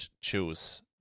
choose